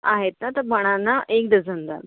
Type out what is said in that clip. आहेत ना तर बनाना एक डझन द्याल